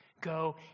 Go